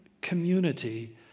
community